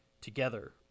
together